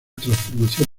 transformación